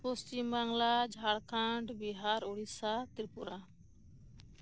Paschim Bangla Jharkhand Bihar Odisha Tripura